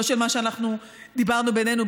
לא של מה שאנחנו דיברנו בינינו,